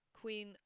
Queen